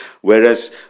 Whereas